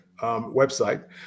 website